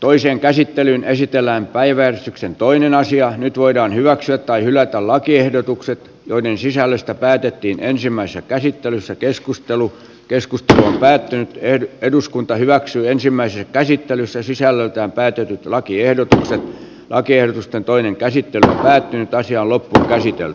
toiseen käsittelyyn esitellään päivän toinen asia on nyt voidaan hyväksyä tai hylätä lakiehdotukset joiden sisällöstä päätettiin ensimmäisessä käsittelyssä keskustelu keskustelu on päättynyt tehdä eduskunta hyväksyy ensimmäistä käsittelyssä sisällöltään päätyyn lakiehdotuksen lakiehdotusten toinen käsittelemällä pitäisi olla nähtäisikään